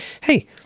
Hey